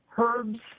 herbs